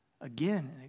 again